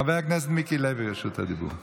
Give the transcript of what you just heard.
חבר הכנסת מיקי לוי ברשות הדיבור.